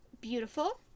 Beautiful